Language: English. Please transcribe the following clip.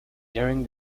during